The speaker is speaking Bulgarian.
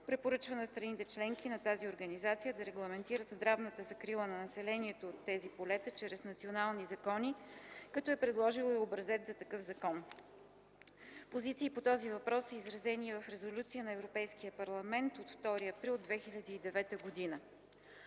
препоръча на страните членки на тази организация да регламентират здравната закрила на населението от тези полета чрез национални закони, като е предложила и образец за такъв закон. Позиции по този въпрос са изразени и в Резолюция на Европейския парламент от 2 април 2009 г.